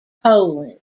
poland